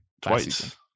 twice